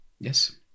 Yes